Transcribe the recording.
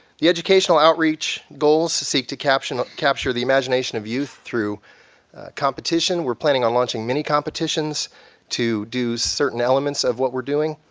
the educational outreach goals seek to capture capture the imagination of youth through competition. we're planning on launching many competitions to do certain elements of what we're doing.